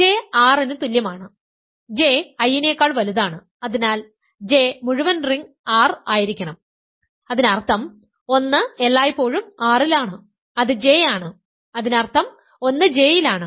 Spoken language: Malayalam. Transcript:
J R ന് തുല്യമാണ് J I നെക്കാൾ വലുതാണ് അതിനാൽ J മുഴുവൻ റിംഗ് R ആയിരിക്കണം അതിനർത്ഥം 1 എല്ലായ്പ്പോഴും R ൽ ആണ് അത് J ആണ് അതിനർത്ഥം 1 J യിലാണ്